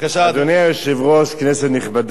היושב-ראש, כנסת נכבדה,